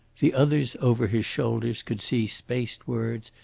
the others over his shoulders could see spaced words,